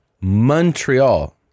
Montreal